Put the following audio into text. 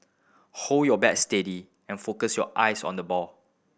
hold your bat steady and focus your eyes on the ball